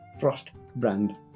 Frostbrand